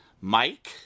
Mike